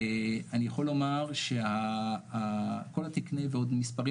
אני יכול לומר שכל התקנים ועוד מספרים